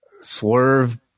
swerve